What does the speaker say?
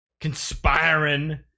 conspiring